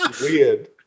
Weird